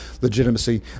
legitimacy